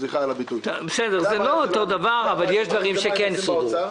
זה לא אותו דבר אבל יש דברים שכן סודרו.